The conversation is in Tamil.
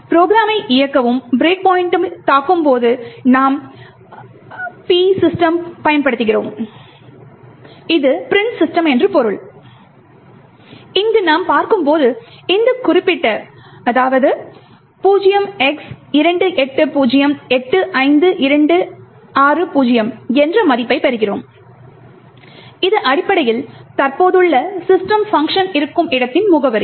ப்ரோக்ராமை இயக்கவும் பிரேக் பாய்ண்ட் தாக்கும்போது நாம் p system பயன்படுத்துகிறோம் இது print system என்று பொருள் இங்கு நாம் பார்க்கும்போது இந்த குறிப்பிட்ட 0x28085260 என்ற மதிப்பைப் பெறுகிறோம் இது அடிப்படையில் தற்போதுள்ள system பங்க்ஷன் இருக்கும் இடத்தின் முகவரி